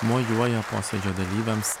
mojuoja posėdžio dalyviams